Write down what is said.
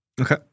Okay